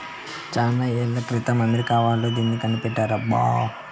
చానా ఏళ్ల క్రితమే అమెరికా వాళ్ళు దీన్ని కనిపెట్టారబ్బా